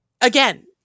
again